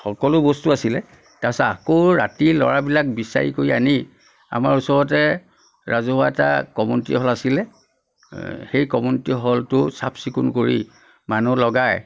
সকলো বস্তু আছিলে তাৰপিছত আকৌ ৰাতি ল'ৰাবিলাক বিচাৰি কৰি আনি আমাৰ ওচৰতে ৰজহুৱা এটা কমিনিউটি হ'ল আছিলে সেই কমিনিউটি হলটো চাফ চিকুণ কৰি মানুহ লগাই